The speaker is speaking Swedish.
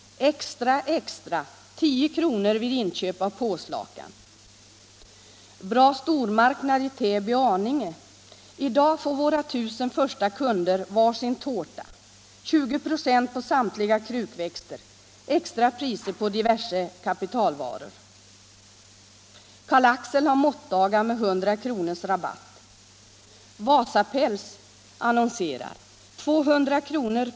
Extra, extra 10 kr. vid inköp av påslakan. Bra Stormarknad i Täby Arninge: I dag får våra 1000 första kunder var sin tårta, 20 96 på samtliga krukväxter, extrapriser på diverse kapitalvaror. Carl Axel har måttdagar med 100 kr. rabatt. Wasa Päls annonserar: 200 kr.